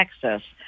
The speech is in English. Texas